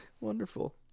wonderful